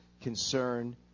concern